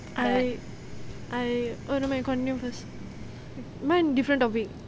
I I oh never mind you continue first mine different topic